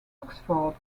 oxford